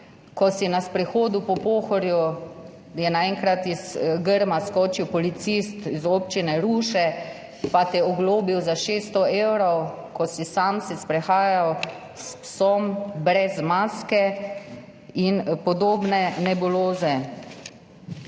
Ko si bil na sprehodu po Pohorju, je naenkrat iz grma skočil policist iz Občine Ruše pa te oglobil za 600 evrov, ko si se sam sprehajal s psom brez maske, in podobne nebuloze,